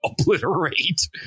obliterate